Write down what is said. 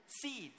seeds